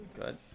Good